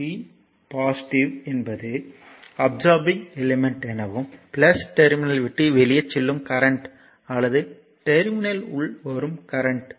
p positive என்பது absorbing element எனவும் terminal விட்டு வெளியே செல்லும் கரண்ட் அல்லது டெர்மினல் உள் வரும் கரண்ட்